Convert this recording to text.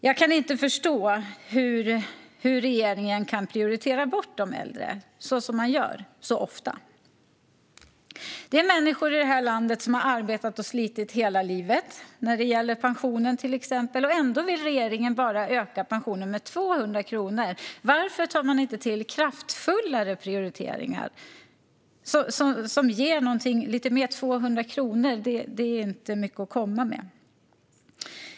Jag kan inte förstå hur regeringen kan prioritera bort de äldre som man så ofta gör. Det handlar om människor i detta land som har arbetat och slitit hela livet, bland annat för sin pension. Ändå vill regeringen öka pensionen med bara 200 kronor. Varför tar man inte till kraftfullare prioriteringar som ger lite mer? 200 kronor är inte mycket att komma med.